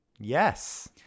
Yes